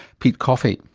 pete coffey.